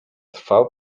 trwał